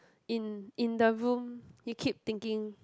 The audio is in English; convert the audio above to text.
in in the room he keep thinking